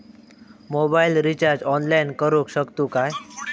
Mobile recharge online करुक शकतू काय?